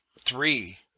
three